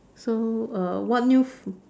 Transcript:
so uh what new food